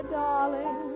darling